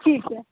ठीक है